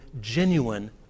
genuine